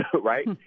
right